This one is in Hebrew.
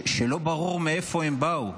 שלא ברור מאיפה הם באו.